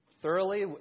thoroughly